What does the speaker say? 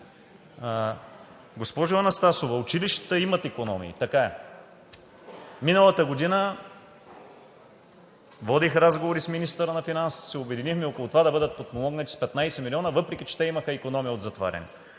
Госпожо Анастасова, училищата имат икономии. Така е. Миналата година водих разговори с министъра на финансите и се обединихме около това да бъдат подпомогнати с 15 милиона, въпреки че имаха икономии от затварянето.